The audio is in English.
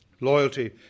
Loyalty